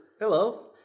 Hello